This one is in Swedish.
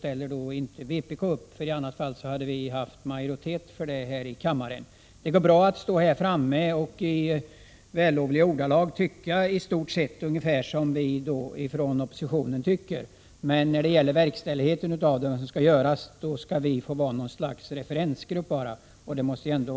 Tyvärr stöder inte vpk det kravet, vilket hade gjort att vi fått majoritet för det här i kammaren. Det går bra att stå här i talarstolen och i vackra ordalag framföra i stort sett samma åsikt som den vi har inom oppositionen, men när det gäller att verkställa det hela, då handlar det om att vi enbart skall vara något slags referensgrupp, vilket ju är något annat.